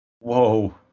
Whoa